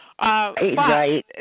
Right